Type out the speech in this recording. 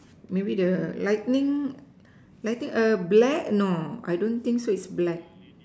maybe the lightning lighting black no I don't think so it's black